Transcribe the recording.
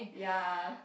ya